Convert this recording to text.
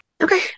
Okay